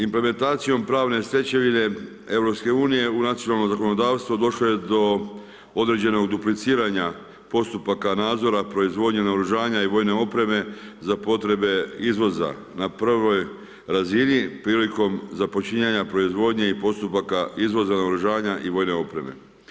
Implementacijom pravne stečevine EU u nacionalno zakonodavstvo, došlo je do određenog dupliciranja postupaka nadzora proizvodnje, naoružanja i vojne opreme za potrebe izvoza na prvoj razini prilikom započinjanja proizvodnje i postupaka izvoza naoružavanja i vojne opreme.